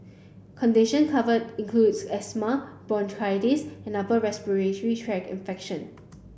condition covered include asthma bronchitis and upper respiratory tract infection